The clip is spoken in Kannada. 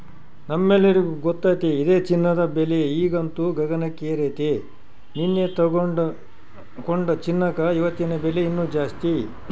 ನಮ್ಮೆಲ್ಲರಿಗೂ ಗೊತ್ತತೆ ಇದೆ ಚಿನ್ನದ ಬೆಲೆ ಈಗಂತೂ ಗಗನಕ್ಕೇರೆತೆ, ನೆನ್ನೆ ತೆಗೆದುಕೊಂಡ ಚಿನ್ನಕ ಇವತ್ತಿನ ಬೆಲೆ ಇನ್ನು ಜಾಸ್ತಿ